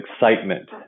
excitement